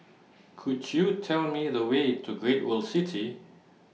Could YOU Tell Me The Way to Great World City